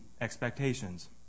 expectations